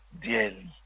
dearly